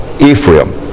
Ephraim